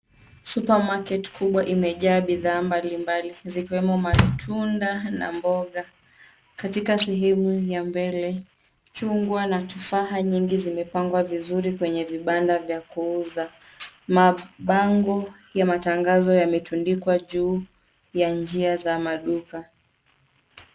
Supermarket kubwa imejaa bidhaa mbali mbali, zikiwemo: matunda na mboga. Katika sehemu ya mbele, chungwa na tufaha nyingi zimepangwa vizuri kwenye vibanda vya kuuza. Mabango ya matangazo yametundikwa juu ya njia za maduka.